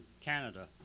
Canada